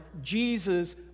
Jesus